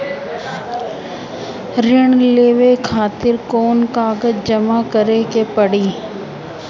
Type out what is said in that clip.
ऋण लेवे खातिर कौन कागज जमा करे के पड़ी?